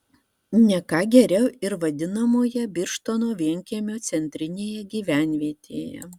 ne ką geriau ir vadinamoje birštono vienkiemio centrinėje gyvenvietėje